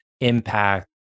impact